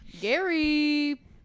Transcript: Gary